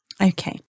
Okay